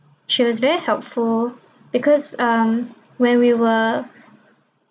she was very helpful because um when we were